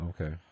Okay